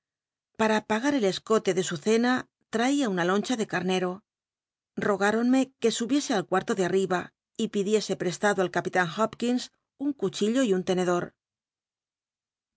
para pagar el escoto de su cena traia una loncha de carnero rog iromnc que subiese al cu hto de nr'r iba y pidiese ll'estado al capit n llopkins un cuchillo y un tenedor